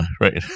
right